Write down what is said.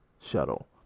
shuttle